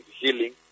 healing